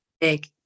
big